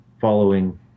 following